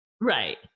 right